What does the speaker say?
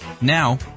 Now